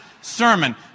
sermon